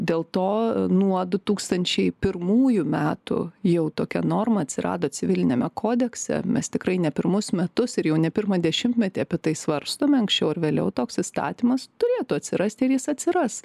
dėl to nuo du tūkstnčiai pirmųjų metų jau tokia norma atsirado civiliniame kodekse mes tikrai ne pirmus metus ir jau ne pirmą dešimtmetį apie tai svarstome anksčiau ar vėliau toks įstatymas turėtų atsirasti ir jis atsiras